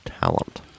Talent